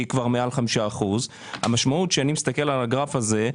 כבר מעל 5%. כשאני מסתכל על הגרף הזה,